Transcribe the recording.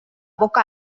boca